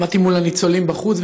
עמדתי מול הניצולים בחוץ,